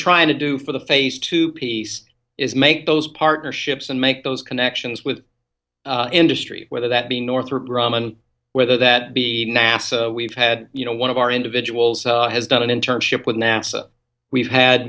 trying to do for the phase two piece is make those partnerships and make those connections with industry whether that be northrop grumman whether that be nasa we've had you know one of our individuals has done in terms ship with nasa we've had